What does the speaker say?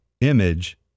image